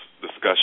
discussion